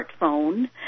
smartphone